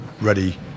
ready